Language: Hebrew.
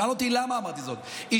שאל אותי למה אמרתי זאת.